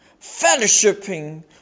fellowshipping